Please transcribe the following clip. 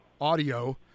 audio